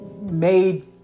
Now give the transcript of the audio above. made